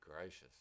gracious